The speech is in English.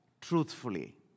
truthfully